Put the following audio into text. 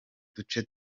duce